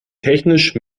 technisch